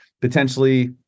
potentially